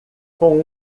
com